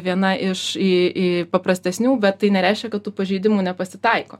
viena iš į į paprastesnių bet tai nereiškia kad tų pažeidimų nepasitaiko